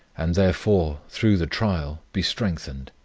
and, therefore, through the trial, be strengthened.